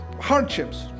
hardships